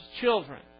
children